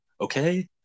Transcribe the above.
okay